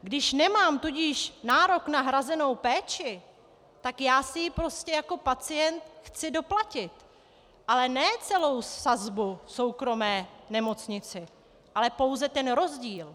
Když nemám tudíž nárok na hrazenou péči, tak já si ji prostě jako pacient chci doplatit, ale ne celou sazbu v soukromé nemocnici, ale pouze ten rozdíl.